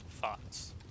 thoughts